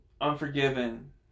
Unforgiven